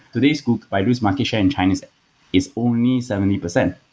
today's baidu's market share in china is is only seventy percent.